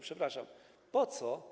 Przepraszam, po co to?